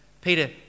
Peter